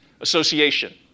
Association